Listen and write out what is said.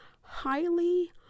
highly